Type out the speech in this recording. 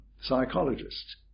psychologists